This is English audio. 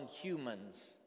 humans